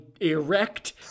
erect